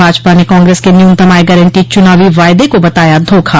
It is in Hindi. भाजपा ने कांग्रेस के न्यूनतम आय गारंटी चुनावो वायदे को बताया धोखा